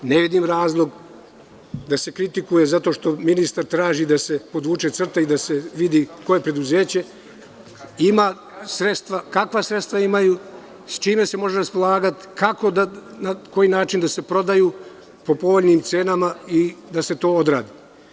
Ne vidim razlog da se kritikuje zato što ministar traži da se podvuče crta i da se vidi koje preduzeće ima sredstva, kakva sredstva imaju, sa čime se može raspolagati, na koji način da se prodaju po povoljnim cenama i da se to odradi.